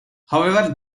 however